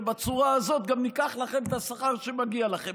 ובצורה הזאת גם ניקח לכם את השכר שמגיע לכם,